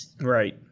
Right